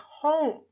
home